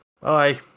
Bye